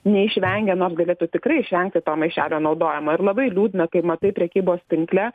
neišvengia nors galėtų tikrai išvengti to maišelio naudojimo ir labai liūdna kai matai prekybos tinkle